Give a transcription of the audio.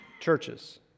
churches